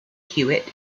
hewitt